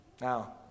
Now